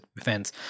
events